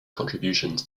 contributions